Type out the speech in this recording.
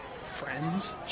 Friends